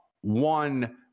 one